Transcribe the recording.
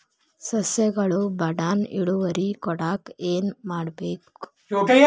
ಸಸ್ಯಗಳು ಬಡಾನ್ ಇಳುವರಿ ಕೊಡಾಕ್ ಏನು ಮಾಡ್ಬೇಕ್?